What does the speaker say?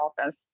office